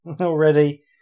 Already